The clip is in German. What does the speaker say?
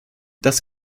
das